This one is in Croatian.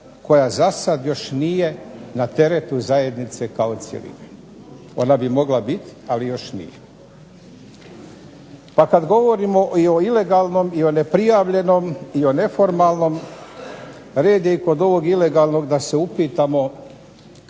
koja zasad još nije na teretu zajednice na cjeline. Ona bi mogla biti, ali još nije. Pa kad govorimo i o ilegalnom i o neprijavljenom i o neformalnom, red je i kod ovog ilegalnog da se upitamo